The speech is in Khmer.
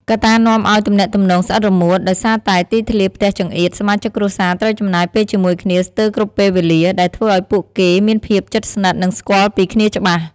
កត្តានាំឲ្យ "ទំនាក់ទំនងស្អិតរមួត"ដោយសារតែទីធ្លាផ្ទះចង្អៀត សមាជិកគ្រួសារត្រូវចំណាយពេលជាមួយគ្នាស្ទើរគ្រប់ពេលវេលា ដែលធ្វើឲ្យពួកគេមានភាពជិតស្និទ្ធ និងស្គាល់ពីគ្នាច្បាស់។